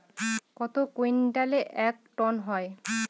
কত কুইন্টালে এক টন হয়?